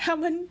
他们